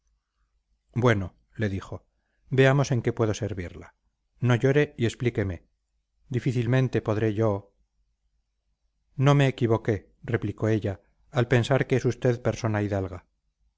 bueno le dijo veamos en qué puedo servirla no llore y explíqueme difícilmente podré yo no me equivoqué replicó ella al pensar que es usted persona hidalga